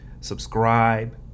subscribe